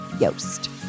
Yost